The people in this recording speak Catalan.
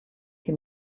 què